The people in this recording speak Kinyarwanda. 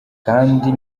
kandi